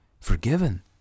Forgiven